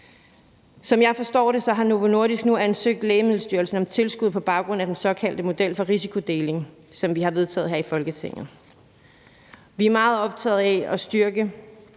Som jeg forstår det, har Novo Nordisk nu ansøgt Lægemiddelstyrelsen om tilskud på baggrund af den såkaldte model for risikodeling, som vi har vedtaget her i Folketinget. Vi er meget optaget af at styrke